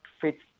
fits